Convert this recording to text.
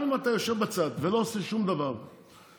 גם אם אתה יושב בצד ולא עושה שום דבר בתקופה,